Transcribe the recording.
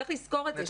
צריך לזכור את זה.